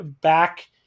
back